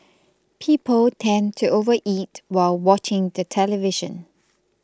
people tend to overeat while watching the television